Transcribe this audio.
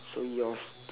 so yours